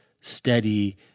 steady